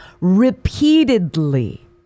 repeatedly